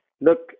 Look